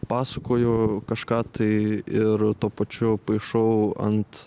pasakoju kažką tai ir tuo pačiu paišau ant